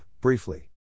briefly